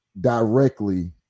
directly